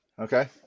Okay